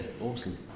awesome